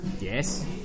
Yes